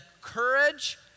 courage